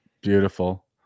beautiful